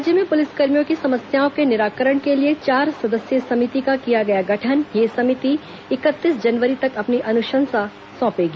राज्य में पुलिसकर्मियों की समस्याओं के निराकरण के लिए चार सदस्यीय समिति का किया गया गठन यह समिति इकतीस जनवरी तक अपनी अनुशंसा सौंपेगी